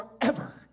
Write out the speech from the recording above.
forever